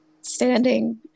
standing